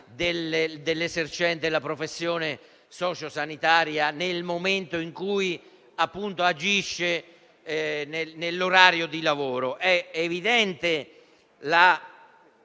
dell'esercente la professione socio-sanitaria, nel momento in cui agisce nell'orario di lavoro. È evidente la